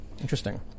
Interesting